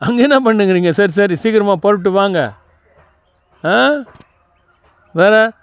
அங்கே என்ன பண்ணுக்கிறீங்க சரி சரி சீக்கரமாக புறப்புட்டு வாங்க ஆ வேறு